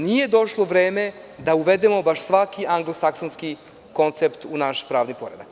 Nije došlo vreme da uvedemo baš svaki anglosaksonski koncept u naš pravni poredak.